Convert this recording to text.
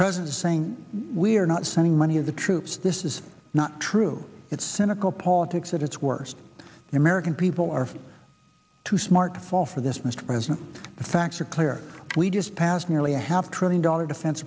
president saying we're not sending money of the troops this is not true it's cynical politics at its worst the american people are too smart to fall for this mr president the facts are clear we just passed nearly a half trillion dollar defense